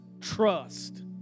trust